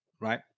right